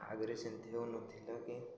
ଆଗରେ ସେମିତି ହେଉନଥିଲା କି